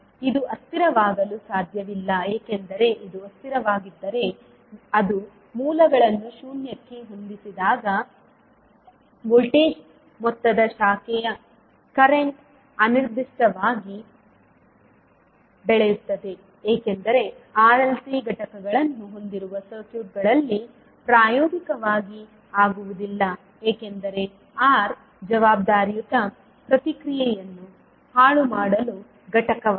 ಇದು ಅಸ್ಥಿರವಾಗಲು ಸಾಧ್ಯವಿಲ್ಲ ಏಕೆಂದರೆ ಇದು ಅಸ್ಥಿರವಾಗಿದ್ದರೆ ಅದು ಮೂಲಗಳನ್ನು ಶೂನ್ಯಕ್ಕೆ ಹೊಂದಿಸಿದಾಗ ವೋಲ್ಟೇಜ್ ಮೊತ್ತದ ಶಾಖೆಯ ಕರೆಂಟ್ ಅನಿರ್ದಿಷ್ಟವಾಗಿ ಬೆಳೆಯುತ್ತದೆ ಏಕೆಂದರೆ RLC ಘಟಕಗಳನ್ನು ಹೊಂದಿರುವ ಸರ್ಕ್ಯೂಟ್ಗಳಲ್ಲಿ ಪ್ರಾಯೋಗಿಕವಾಗಿ ಆಗುವುದಿಲ್ಲ ಏಕೆಂದರೆ R ಜವಾಬ್ದಾರಿಯುತ ಪ್ರತಿಕ್ರಿಯೆಯನ್ನು ಹಾಳುಮಾಡಲು ಘಟಕವಾಗಿದೆ